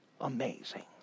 amazing